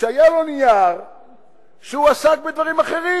שהיה לו נייר שעסק בדברים אחרים.